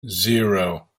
zero